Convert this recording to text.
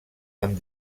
amb